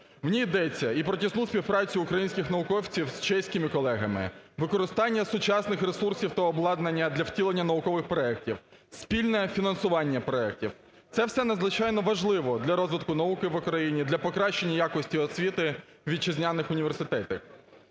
В ній йдеться і про тісну співпрацю українських науковців з чеськими колегами, використання сучасних ресурсів та обладнання для втілення наукових проектів, спільне фінансування проектів, це все надзвичайно важливо для розвитку науки в Україні, для покращення якості освіти вітчизняних університетів.